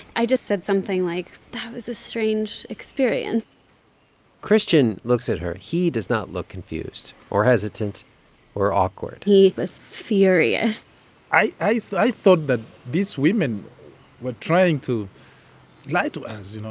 i just said something like, that was a strange experience christian looks at her. he does not look confused or hesitant or awkward he was furious i i thought that these women were trying to lie to us, you know?